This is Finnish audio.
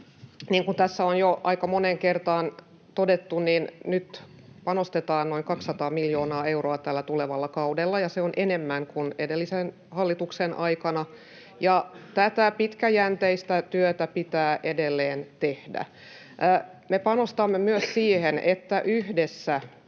kuin tässä on jo aika moneen kertaan todettu, niin nyt panostetaan noin 200 miljoonaa euroa tällä tulevalla kaudella, ja se on enemmän kuin edellisen hallituksen aikana, ja tätä pitkäjänteistä työtä pitää edelleen tehdä. Me panostamme myös siihen, että yhdessä,